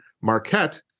Marquette